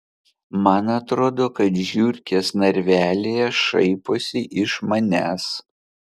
man atrodo kad žiurkės narvelyje šaiposi iš manęs